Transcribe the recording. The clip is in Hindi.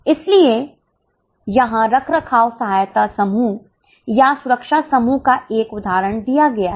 सहायता समूह या सुरक्षा समूह का एक उदाहरण दिया गया है